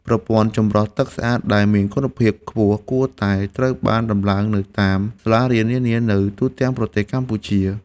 ប្រព័ន្ធចម្រោះទឹកស្អាតដែលមានគុណភាពខ្ពស់គួរតែត្រូវបានដំឡើងនៅតាមសាលារៀននានានៅទូទាំងប្រទេសកម្ពុជា។